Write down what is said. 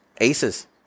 Aces